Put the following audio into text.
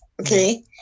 okay